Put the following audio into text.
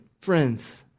friends